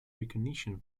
recognition